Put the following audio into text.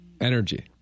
Energy